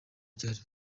kigali